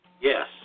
Yes